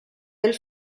del